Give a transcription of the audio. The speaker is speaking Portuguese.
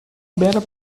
boa